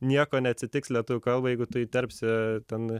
nieko neatsitiks lietuvių kalbai jeigu tu įterpsi ten